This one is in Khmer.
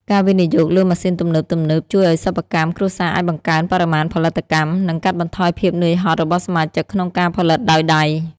ការវិនិយោគលើម៉ាស៊ីនទំនើបៗជួយឱ្យសិប្បកម្មគ្រួសារអាចបង្កើនបរិមាណផលិតកម្ម និងកាត់បន្ថយភាពហត់នឿយរបស់សមាជិកក្នុងការផលិតដោយដៃ។